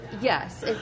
Yes